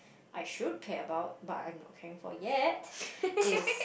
I should care about but I'm not caring for yet it's